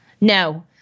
No